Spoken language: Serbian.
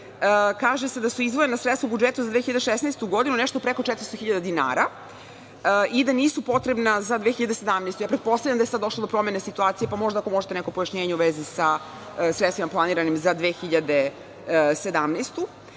Kaže se da su izdvojena sredstva u budžetu za 2016. godinu nešto preko 400.000 dinara i da nisu potrebna za 2017. godinu. Pretpostavljam da je sada došlo do promene situacije, pa možda ako možete neko pojašnjenje u vezi sa sredstvima planiranim za 2017.